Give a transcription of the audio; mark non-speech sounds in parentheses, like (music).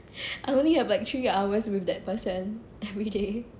(breath) I only have like three hours with that person everyday